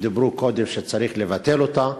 שאמרו קודם שצריך לבטל אותה,